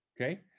okay